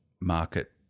market